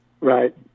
Right